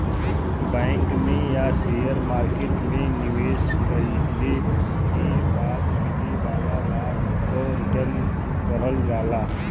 bank में या share market में निवेश कइले के बाद मिले वाला लाभ क रीटर्न कहल जाला